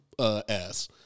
ass